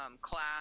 class